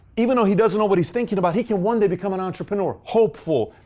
even though he doesn't know what he's thinking about, he can one day become an entrepreneur. hopeful,